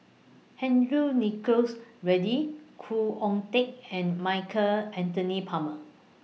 Henry Nicholas Ridley Khoo Oon Teik and Michael Anthony Palmer